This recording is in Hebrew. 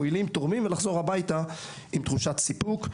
מועילים ותורמים ולחזור הביתה עם תחושת סיפוק.